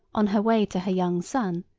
on her way to her young son,